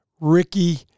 Ricky